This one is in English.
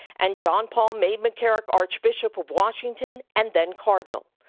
and john paul made mccarrick archbishop of washington and then cardinal.